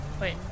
Wait